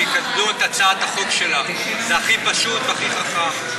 שיקדמו את הצעת החוק שלך, זה הכי פשוט והכי חכם.